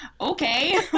Okay